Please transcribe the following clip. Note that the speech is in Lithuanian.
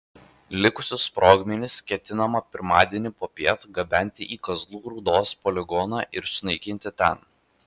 likusius sprogmenis ketinama pirmadienį popiet gabenti į kazlų rūdos poligoną ir sunaikinti ten